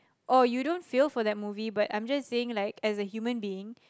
or you don't feel for that movie but I'm just saying like as a human being